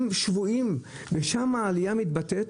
שם העלייה מתבטאת